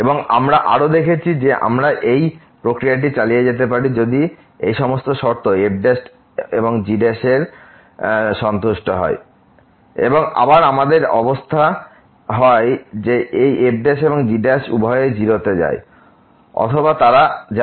এবং আমরা আরও দেখেছি যে আমরা এই প্রক্রিয়াটি চালিয়ে যেতে পারি যদি এইসমস্ত শর্ত f এবং g এর সন্তুষ্ট হয় এবং আবার আমাদের অবস্থা হয় যে এই f এবং g উভয়ই 0 তে যায় অথবা তারা যায়